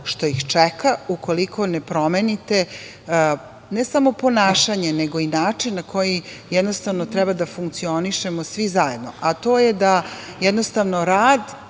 što ih čeka ukoliko ne promenite ne samo ponašanje, nego i način na koji jednostavno treba da funkcionišemo svi zajedno, a to je da jednostavno rad